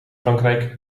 frankrijk